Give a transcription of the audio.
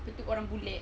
apa tu orang bule